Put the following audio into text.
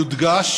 יודגש